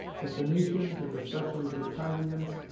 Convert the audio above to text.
the phoenicians, and especially the tyrians,